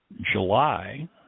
July